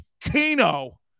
Keno